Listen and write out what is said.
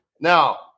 Now